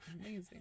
Amazing